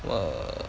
!wah!